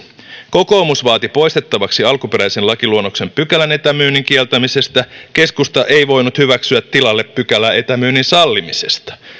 kokoomus vaati poistettavaksi alkuperäisen lakiluonnoksen pykälän etämyynnin kieltämisestä keskusta ei voinut hyväksyä tilalle pykälää etämyynnin sallimisesta